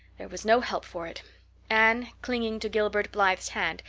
there was no help for it anne, clinging to gilbert blythe's hand,